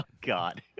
god